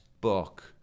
book